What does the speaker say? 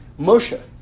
Moshe